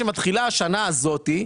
כשמתחילה השנה הזאת,